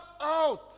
out